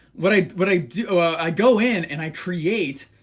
what i, what i do, i go in and i create,